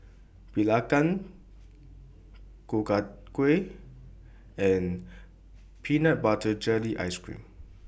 Belacan Ku Chai Kueh and Peanut Butter Jelly Ice Cream